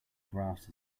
graphs